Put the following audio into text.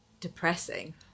depressing